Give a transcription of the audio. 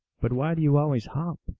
but why do you always hop?